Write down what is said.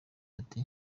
ati